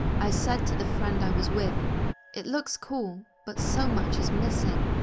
i said to the friend i was with it looks cool, but so much is missing.